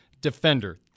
defender